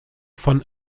von